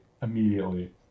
Immediately